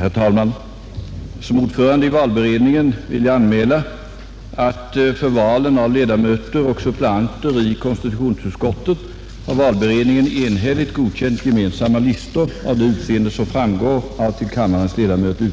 Mellan partierna har träffats överenskommelse om förslag till ledamöter och suppleanter i valberedningen. Förslagen framgår av en promemoria som utdelats till kammarens ledamöter.